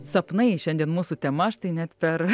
sapnai šiandien mūsų tema štai net per